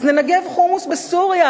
אז ננגב חומוס בסוריה,